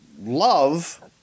love